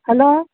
hello